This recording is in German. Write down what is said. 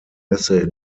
messe